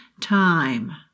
time